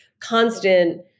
constant